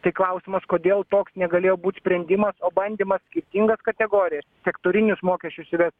tai klausimas kodėl toks negalėjo būt sprendimas o bandymas skirtingas kategorijas sektorinius mokesčius įvest